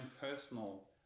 personal